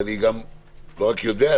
ואני לא רק יודע,